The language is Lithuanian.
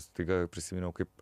staiga prisiminiau kaip